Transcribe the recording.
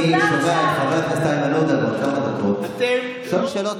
אני שומע את חבר הכנסת איימן עודה בעוד כמה דקות שואל שאלות.